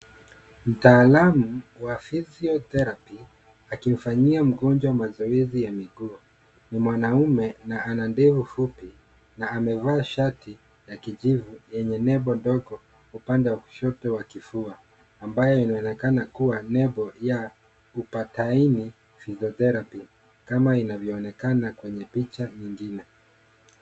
Mtaalamu wa physiotherapy akimfanyia mgonjwa mazoezi ya miguu. Ni mwanaume na ana ndevu fupi na amevaa shati ya kijivu yenye nembo ndogo upande wa kushoto wa kifua ambayo inaonekana kuwa nembo ya Upataini Physiotherapy kama inavyoonekana kwenye picha nyingine.